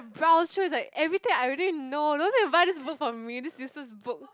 browse through is like everything I already know don't need buy this book for me this useless book